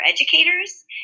educators